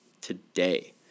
today